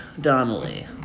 Donnelly